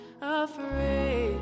afraid